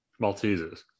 Maltesers